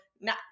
now